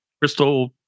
crystal